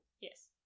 Yes